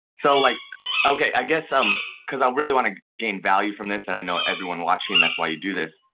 so like okay, i guess. um cause i really wanna gain value from this and i know everyone watching, that's why you do this.